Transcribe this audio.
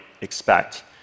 expect